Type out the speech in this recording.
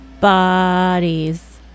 bodies